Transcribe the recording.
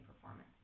performance